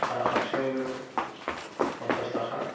साहा खाबसेयावनो फनसास थाखा